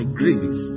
grace